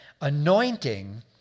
anointing